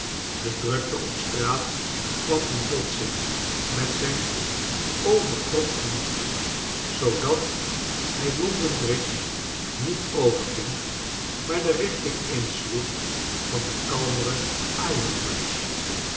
de drukte op straat kwam in botsing met zijn overkropt gemoed zoodat bij london bridge niet overging maar de ricbting insloeg van de